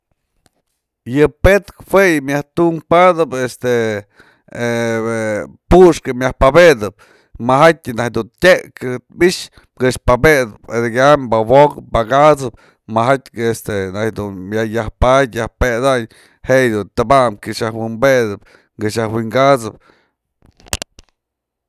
Yë pe'etkë jue yë myaj tunk padëp este puxkë yë myaj pabetëp majaty najk du tyekë myx këx pabetëp edekyam pawok pakat'sëp majatyë este du myaj yaj padyë yaj pedany je tëbam kyax yaj wynbetëp këx yaj wi'inkasëp.